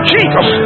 Jesus